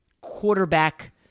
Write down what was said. quarterback